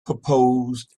proposed